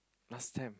last time